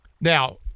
now